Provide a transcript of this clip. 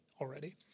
already